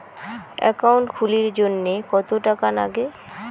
Account খুলির জন্যে কত টাকা নাগে?